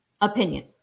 opinion